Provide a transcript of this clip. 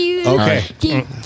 Okay